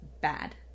bad